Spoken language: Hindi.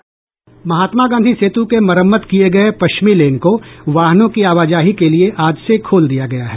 महात्मा गांधी सेतु के मरम्मत किये गये पश्चिमी लेन को वाहनों की आवाजाही के लिए आज से खोल दिया गया है